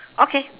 okay